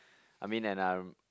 I mean and I'm